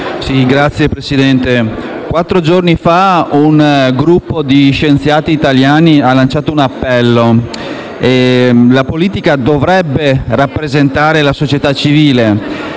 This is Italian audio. Signor Presidente, quattro giorni fa un gruppo di scienziati italiani ha lanciato un appello. La politica dovrebbe rappresentare la società civile.